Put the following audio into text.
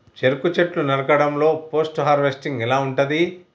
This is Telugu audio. చెరుకు చెట్లు నరకడం లో పోస్ట్ హార్వెస్టింగ్ ఎలా ఉంటది?